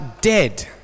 dead